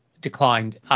declined